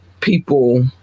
people